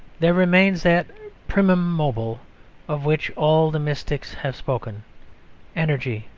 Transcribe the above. there remains that primum mobile of which all the mystics have spoken energy,